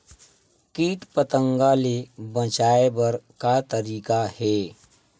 कीट पंतगा ले बचाय बर का तरीका हे?